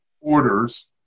orders